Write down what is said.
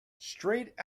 straight